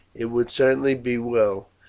it would certainly be well,